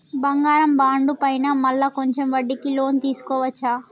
బంగారు బాండు పైన మళ్ళా కొంచెం వడ్డీకి లోన్ తీసుకోవచ్చా?